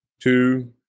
two